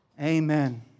Amen